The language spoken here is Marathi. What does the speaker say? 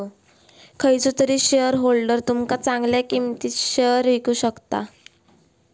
खयचो तरी शेयरहोल्डर तुका चांगल्या किंमतीत शेयर विकु शकता